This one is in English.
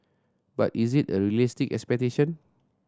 but is it a realistic expectation